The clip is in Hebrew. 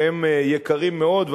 שהם יקרים מאוד,